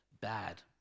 bad